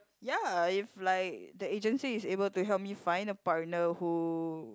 ya if like the agency is able to help me find a partner who